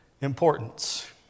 importance